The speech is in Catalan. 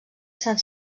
sant